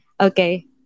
okay